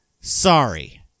Sorry